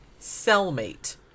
cellmate